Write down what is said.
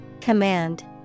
Command